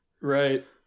right